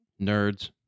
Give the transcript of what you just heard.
Nerds